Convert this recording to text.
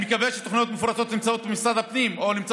7. סמכויות שר האוצר לעניין תוכניות לבינוי ופינוי